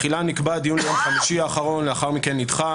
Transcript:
תחילה נקבע דיון ליום חמישי האחרון ולאחר מכן נדחה.